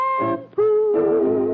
Shampoo